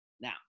Now